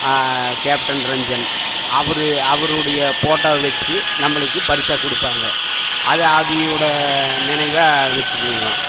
captain Ranjan அவர் அவருடைய ஃபோட்டாேவை வச்சு நம்மளுக்கு பரிசாக கொடுப்பாங்கோ அதை அவிகயோட நினைவா வச்சுக்குவோங்க